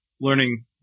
learning